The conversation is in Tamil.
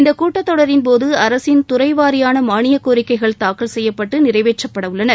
இந்த கூட்டத்தொடரின்போது அரசின் துறை வாரியான மானியக் கோரிக்கைகள் தாக்கல் செய்யப்பட்டு நிறைவேற்றப்பட உள்ளன